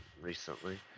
recently